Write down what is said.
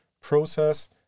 process